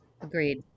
Agreed